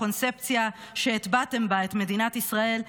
הקונספציה שהטבעתם בה את מדינת ישראל,